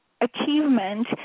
achievement